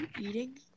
eating